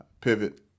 Pivot